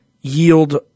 yield